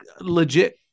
legit